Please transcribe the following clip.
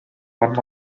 one